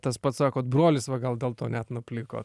tas pats sakot brolis va gal dėl to net nupliko